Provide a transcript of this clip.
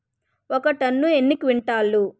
ఒక టన్ను ఎన్ని క్వింటాల్లు?